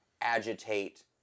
agitate